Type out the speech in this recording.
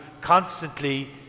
constantly